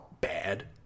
bad